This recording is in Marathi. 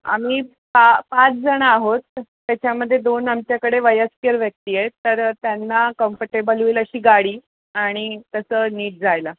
आम्ही पा पाच जण आहोत त्याच्यामध्ये दोन आमच्याकडे वयस्कर व्यक्ती आहेत तर त्यांना कम्फर्टेबल होईल अशी गाडी आणि तसं नीट जायला